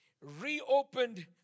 reopened